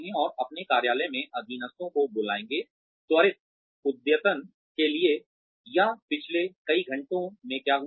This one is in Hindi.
और अपने कार्यालय में अधीनस्थों को बुलाएंगे त्वरित अद्यतन के लिए अपडेट या पिछले कई घंटों में क्या हुआ है